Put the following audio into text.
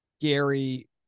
Gary